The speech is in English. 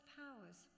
powers